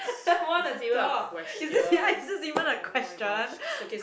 what a dork is this here is this even a question